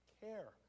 care